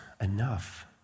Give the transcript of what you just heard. enough